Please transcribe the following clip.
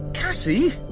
Cassie